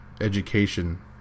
education